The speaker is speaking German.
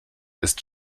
ist